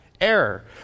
error